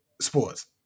sports